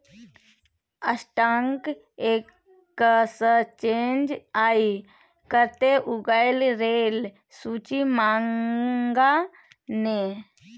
stock exchange आय कते उगलै रै सूची मंगा ने